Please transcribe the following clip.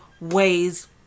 ways